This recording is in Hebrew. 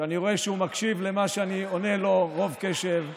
שאני רואה שהוא מקשיב למה שאני עונה לו ברוב קשב.